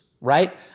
right